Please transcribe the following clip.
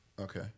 Okay